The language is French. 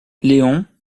léon